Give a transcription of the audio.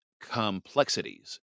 complexities